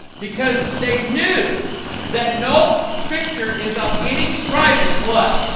because they knew that no scripture is of any private. what?